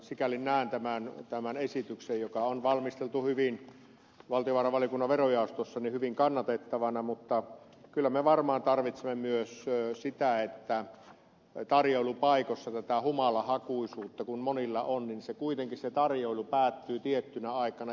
sikäli näen tämän esityksen joka on valmisteltu valtiovarainvaliokunnan verojaostossa hyvin kannatettavana mutta kyllä me varmaan tarvitsemme myös sitä että kun tarjoilupaikoissa tätä humalahakuisuutta monilla on niin kuitenkin se tarjoilu päättyy tiettynä aikana